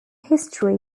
history